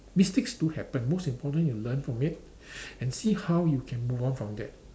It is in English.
mistakes do happen most important you learn from it and see how you can move on from that